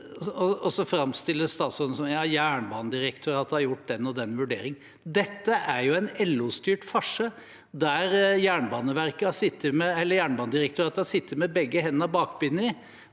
framstiller det som at Jernbanedirektoratet har gjort den og den vurderingen, men dette er jo en LO-styrt farse, der Jernbanedirektoratet har sittet med begge hendene bakbundet